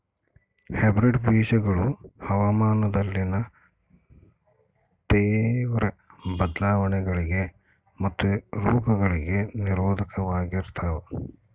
hybrid ಬೇಜಗಳು ಹವಾಮಾನದಲ್ಲಿನ ತೇವ್ರ ಬದಲಾವಣೆಗಳಿಗೆ ಮತ್ತು ರೋಗಗಳಿಗೆ ನಿರೋಧಕವಾಗಿರ್ತವ